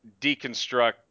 deconstruct